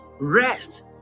Rest